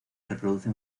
reproducen